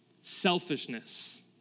selfishness